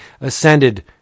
ascended